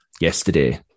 yesterday